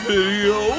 Video